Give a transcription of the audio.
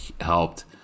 helped